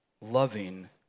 loving